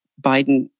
Biden